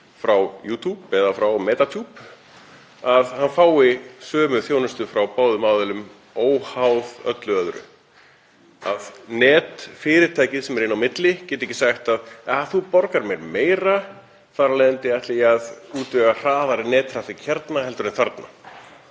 frá YouTube eða frá Metatube þá fái hann sömu þjónustu frá báðum aðilum, óháð öllu öðru. Að netfyrirtækið sem er inn á milli geti ekki sagt: Þú borgar mér meira, þar af leiðandi ætla ég að útvega hraðari nettraffík hérna en þarna,